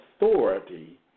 authority